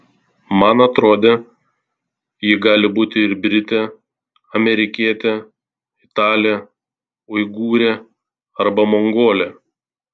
man atrodė ji gali būti ir britė amerikietė italė uigūrė arba mongolė